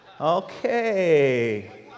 Okay